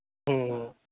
ᱦᱮᱸ ᱦᱮᱸ